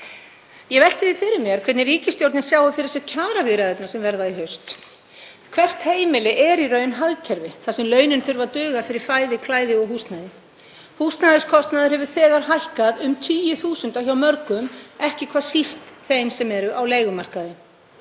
Ég velti því fyrir mér hvernig ríkisstjórnin sjái fyrir sér kjaraviðræðurnar sem verða í haust. Hvert heimili er í raun hagkerfi þar sem launin þurfa að duga fyrir fæði, klæði og húsnæði. Húsnæðiskostnaður hefur þegar hækkað um tugi þúsunda hjá mörgum, ekki hvað síst þeim sem eru á leigumarkaði.